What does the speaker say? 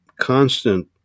constant